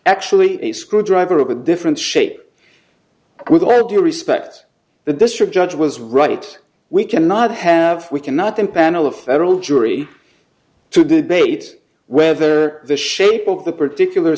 actually a screwdriver of a different shape with all due respect the district judge was right we cannot have we cannot impanel a federal jury to debate whether the shape of the particular